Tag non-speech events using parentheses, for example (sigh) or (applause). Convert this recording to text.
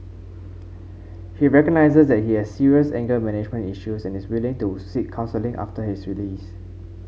(noise) he recognises that he has serious anger management issues and is willing to seek counselling after his release